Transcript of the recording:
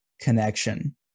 Connection